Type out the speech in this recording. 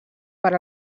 per